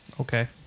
Okay